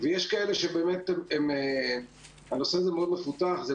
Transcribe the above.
יש כאלו שהנושא הזה מאוד מפותח אצלם,